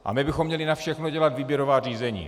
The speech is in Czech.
A my bychom měli na všechno dělat výběrová řízení!